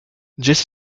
jess